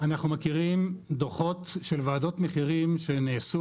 אנחנו מכירים דוחות של וועדות מחירים שנעשו